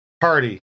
party